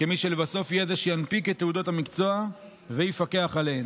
כמי שלבסוף יהיה זה שינפיק את תעודות המקצוע ויפקח עליהן.